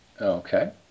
Okay